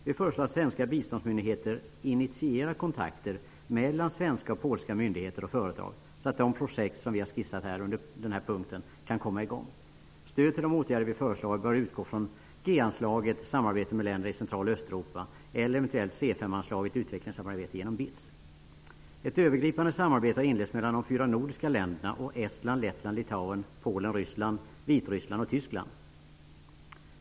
Vi föreslår att svenska biståndsmyndigheter initierar kontakter mellan svenska och polska myndigheter och företag så att de projekt vi har skissat kan komma i gång. Stöd till de åtgärder vi föreslår bör utgå från G-anslaget -- samarbete med länder i Central och Östeuropa -- eller eventuellt Ett övergripande samarbete har inletts mellan de 4 Polen, Ryssland, Vitryssland och Tyskland.